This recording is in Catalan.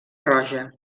roja